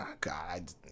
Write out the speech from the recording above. God